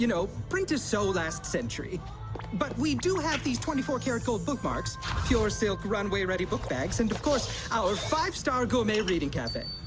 you know print is so last century but we do have these twenty four karat gold bookmarks yours so bill runway-ready book bags and of course our five-star gourmet reading cafe